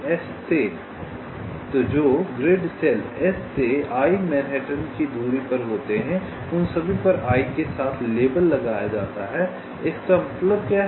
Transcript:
तो जो grid cell S से i मैनहट्टन की दूरी पर होते हैं उन सभी पर i के साथ लेबल लगाया जाता है इसका क्या मतलब है